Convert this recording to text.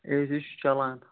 A C چھُ چَلان